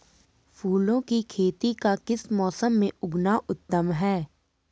फूलों की खेती का किस मौसम में उगना उत्तम है?